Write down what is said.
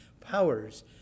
powers